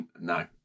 No